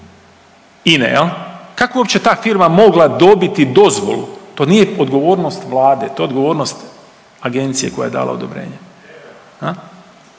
INA-e, je li, kako je uopće ta firma mogla dobiti dozvolu, to nije odgovornost Vlade, to je odgovornost agencije koja je dala odobrenje,